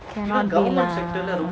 cannot be lah